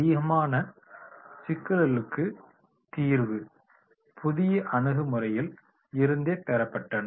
அதிகமான சிக்கல்களுக்கு தீர்வு புதிய அணுகுமுறைகளில் இருந்தே பெறப்பட்டன